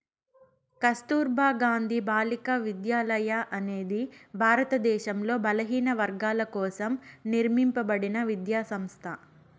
కస్తుర్బా గాంధీ బాలికా విద్యాలయ అనేది భారతదేశంలో బలహీనవర్గాల కోసం నిర్మింపబడిన విద్యా సంస్థ